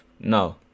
No